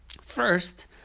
First